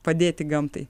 padėti gamtai